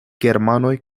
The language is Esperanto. germanoj